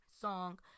Song